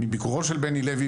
בביקורו של בני לוי,